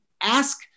ask